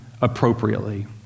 appropriately